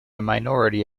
minority